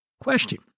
Question